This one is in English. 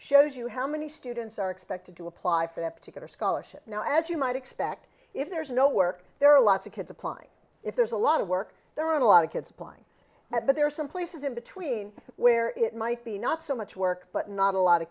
shows you how many students are expected to apply for that particular scholarship now as you might expect if there's no work there are lots of kids applying if there's a lot of work there are a lot of kids apply that but there are some places in between where it might be not so much work but not a lot of